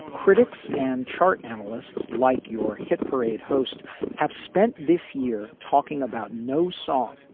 critics and chart analysts like your hit parade host have spent this year talking about no song,